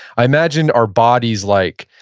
i imagine our body's like,